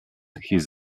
his